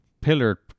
pillar